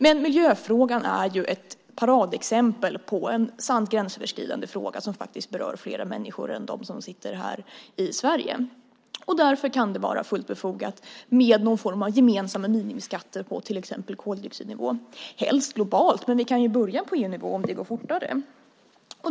Men miljöfrågan är ett paradexempel på en sann gränsöverskridande fråga som berör fler människor än dem som sitter här i Sverige. Därför kan det vara fullt befogat med någon form av gemensamma minimiskatter på till exempel koldioxidnivån. De skulle helst gälla globalt, men vi kan ju börja på EU-nivå om det går fortare.